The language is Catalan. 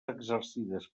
exercides